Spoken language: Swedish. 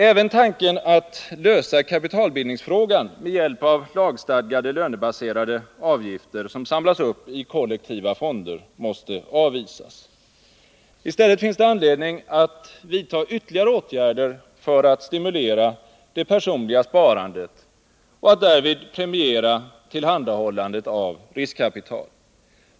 Även tanken att lösa kapitalbildningsfrågan med hjälp av lagstadgade lönebaserade avgifter, som samlas upp i kollektiva fonder, måste avvisas. I stället finns det anledning att vidta ytterligare åtgärder för att stimulera det personliga sparandet och att därvid premiera tillhandahållandet av riskkapital.